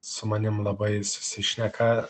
su manim labai susišneka